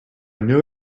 knew